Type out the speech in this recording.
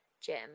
Gym